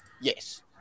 Yes